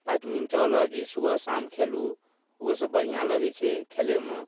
badminton आओर जे सुबह शाम खेलू ओहोसब बढ़िआँ लगै छै खेलैमे